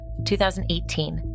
2018